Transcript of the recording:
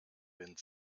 wind